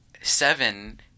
seven